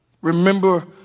Remember